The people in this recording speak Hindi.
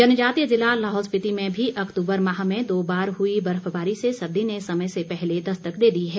जनजातीय ज़िला लाहौल स्पिति में भी अक्तूबर माह में दो बार हुई बर्फबारी से सर्दी ने समय से पहले दस्तक दे दी है